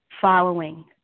following